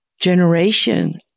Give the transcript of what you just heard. generation